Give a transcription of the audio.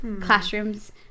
classrooms